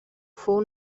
fou